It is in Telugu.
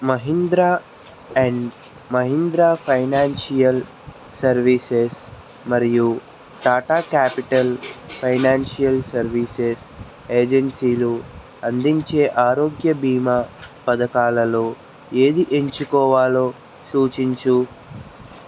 Mahindra and Mahindra financial services మరియు టాటా క్యాపిటల్ ఫైనాన్షియల్ సర్వీసెస్ ఏజెన్సీలు అందించే ఆరోగ్య బీమా పథకాలలో ఏది ఎంచుకోవాలో సూచించు